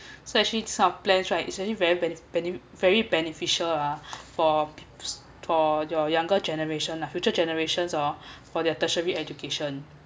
so actually these kind of plans right it's actually very bene~ bene~ very beneficial ah for for your younger generation lah future generations hor for their tertiary education